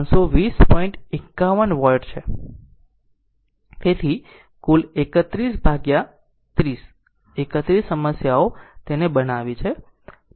તેથી કુલ 31 અથવા 30 31 સમસ્યાઓ એ તેને બનાવી છે